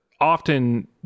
often